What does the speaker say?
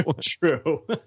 True